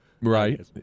Right